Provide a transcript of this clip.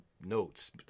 notes